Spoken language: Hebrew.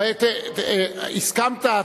הרי הסכמת.